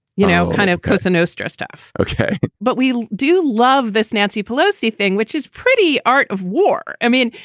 you know, kind of cosa nostra stuff. okay. but we do love this nancy pelosi thing, which is pretty art of war. i mean,